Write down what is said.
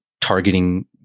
targeting